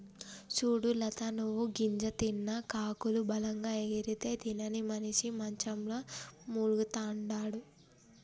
సూడు లత నువ్వు గింజ తిన్న కాకులు బలంగా ఎగిరితే తినని మనిసి మంచంల మూల్గతండాడు